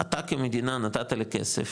אתה כמדינה נתת לי כסף